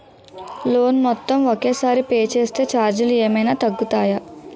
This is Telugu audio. లోన్ మొత్తం ఒకే సారి పే చేస్తే ఛార్జీలు ఏమైనా తగ్గుతాయా?